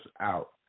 out